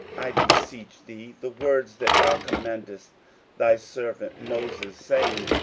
i beseech thee, the word that thou commandedst thy servant moses, saying,